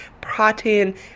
protein